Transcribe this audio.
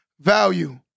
value